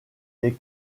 les